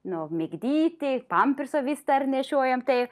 nu migdyti pamersą vis dar nešiojam tai